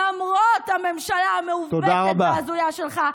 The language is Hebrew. למרות הממשלה המעוות וההזויה שלך,